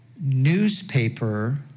newspaper